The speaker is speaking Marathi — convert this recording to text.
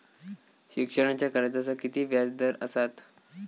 शिक्षणाच्या कर्जाचा किती व्याजदर असात?